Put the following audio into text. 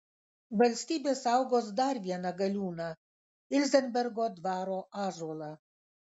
valstybė saugos dar vieną galiūną ilzenbergo dvaro ąžuolą